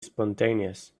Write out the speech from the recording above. spontaneous